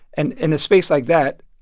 and in a space like that,